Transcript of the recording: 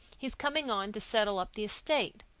he's coming on to settle up the estate.